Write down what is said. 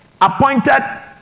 appointed